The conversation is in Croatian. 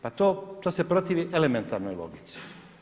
Pa to se protivi elementarnoj logici.